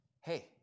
Hey